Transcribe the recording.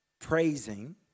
praising